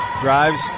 Drives